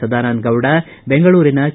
ಸದಾನಂದಗೌಡ ಬೆಂಗಳೂರಿನ ಕೆ